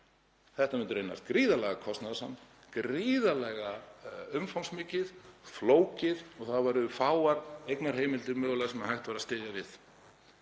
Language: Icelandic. þetta myndi reynast gríðarlega kostnaðarsamt, gríðarlega umfangsmikið og flókið og það væru fáar eignarheimildir mögulega sem hægt væri að styðja við.